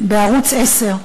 בערוץ 10,